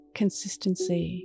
consistency